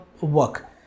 work